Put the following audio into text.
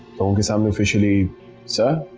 its um and officially sir